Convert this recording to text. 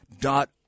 dot